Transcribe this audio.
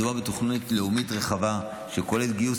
מדובר בתוכנית לאומית רחבה אשר כוללת את גיוס